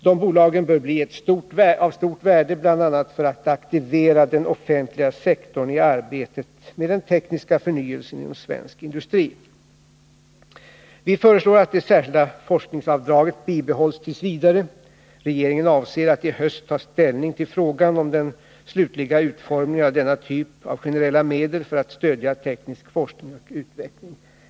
Dessa bolag bör bli av stort värde bl.a. för att aktivera den offentliga sektorn i arbetet med den tekniska förnyelsen inom svensk industri. Vi föreslår att det särskilda forskningsavdraget bibehålls t. v. Regeringen avser att i höst ta ställning till frågan om den slutliga utformningen av denna typ av generella medel för stödjande av teknisk forskning och utveckling.